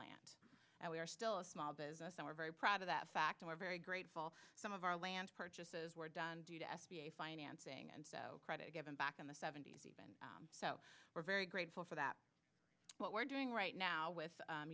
land and we are still a small business and we're very proud of that fact and we're very grateful some of our land purchases were done due to s b a financing and credit given back in the seventy's so we're very grateful for that what we're doing right now with u